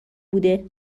بوده